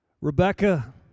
Rebecca